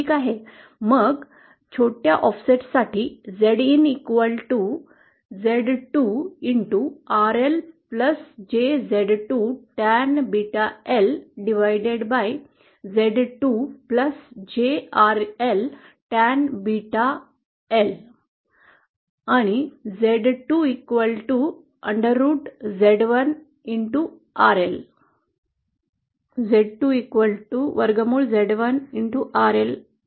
ठीक आहे मग छोट्या ऑफसेटसाठी Zin Z2 R L j Z two tan of beta L on Z २ j R L tan of beta L आणि झेड २ हे झेड १ आणि आरएलचे वर्गमुळ आहे